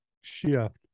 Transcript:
shift